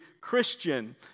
Christian